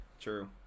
True